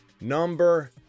number